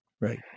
Right